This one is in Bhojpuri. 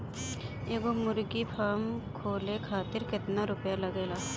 एगो मुर्गी फाम खोले खातिर केतना रुपया लागेला?